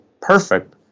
perfect